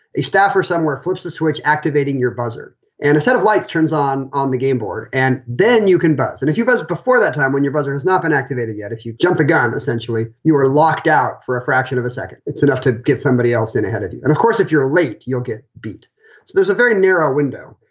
a staffer somewhere flipped the switch, activating your buzzer and a set of lights turns on on the game board. and then you can buzz. and if you buzz before that time when your brother has not been activated yet, if you jump the gun, essentially you are locked out for a fraction of a second. it's enough to get somebody else in ahead of you. and of course, if you're late, you'll get beat. so there's a very narrow window.